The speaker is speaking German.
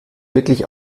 wirklich